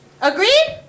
Agreed